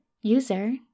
User